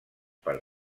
per